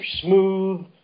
Smooth